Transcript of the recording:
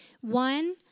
One